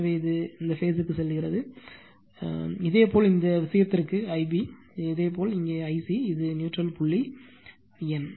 எனவே இது இந்த பேஸ் ற்கு செல்கிறது Ia இதேபோல் இந்த விஷயத்திற்கு ஐபி இதே போல் இங்கே Ic இது நியூட்ரல் புள்ளி என்